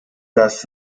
das